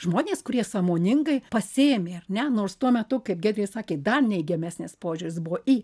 žmonės kurie sąmoningai pasiėmė ar ne nors tuo metu kaip giedrė sakė dar neigiamesnis požiūris buvo į